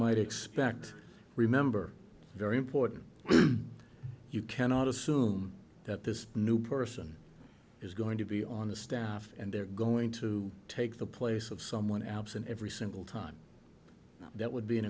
might expect remember very important you cannot assume that this new person is going to be on the staff and they're going to take the place of someone absent every single time that would be an